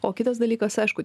o kitas dalykas aišku